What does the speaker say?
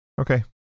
Okay